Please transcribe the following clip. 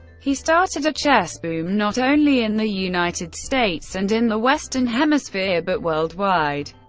he started a chess boom not only in the united states and in the western hemisphere, but worldwide.